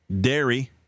Dairy